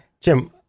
Jim